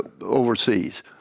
overseas